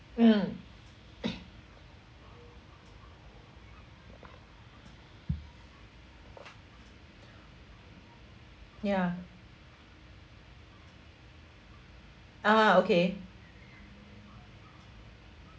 mm ya (uh huh) okay